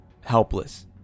helpless